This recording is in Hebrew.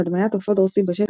הדמיית עופות דורסים בשטח,